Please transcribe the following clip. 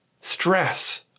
Stress